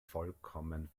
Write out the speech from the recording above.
vollkommen